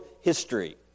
history